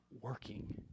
working